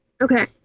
Okay